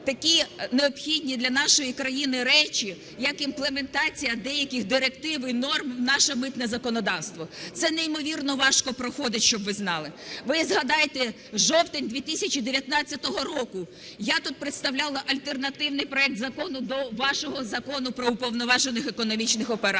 такі необхідні для нашої країни речі, як імплементація деяких директив і норм в наше митне законодавство. Це неймовірно важко проходить, щоб ви знали. Ви згадайте жовтень 2019 року. Я тут представляла альтернативний проект закону до вашого Закону про уповноважених економічних операторів.